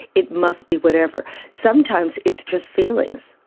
it must be whatever. sometimes it's just feelings.